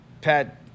Pat